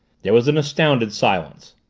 there was an astounded silence.